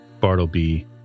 Bartleby